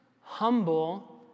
humble